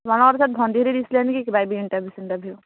তোমালোকৰ পিছত ভন্টীহঁতে দিছিলেনি কিবা ইন্টাৰভিউ চিন্টাৰভিউ